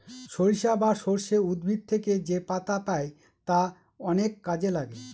সরিষা বা সর্ষে উদ্ভিদ থেকে যেপাতা পাই তা অনেক কাজে লাগে